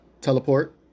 teleport